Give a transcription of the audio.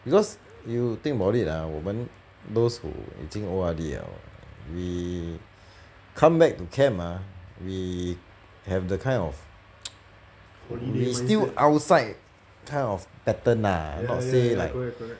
because you think about it ah 我们 those who 已经 O_R_D liao we come back to camp ah we have the kind of we still outside kind of pattern ah not say like